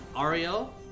Ariel